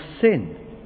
sin